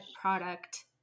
product